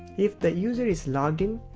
if the user is logged in,